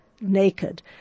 naked